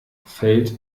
fällt